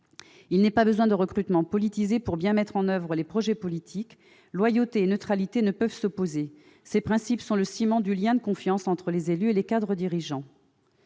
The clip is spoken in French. Il n'est nul besoin de recrutements politisés pour bien mettre en oeuvre les projets politiques ; loyauté et neutralité ne peuvent s'opposer. Ces principes sont le ciment du lien de confiance entre les élus et les cadres dirigeants.